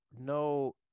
no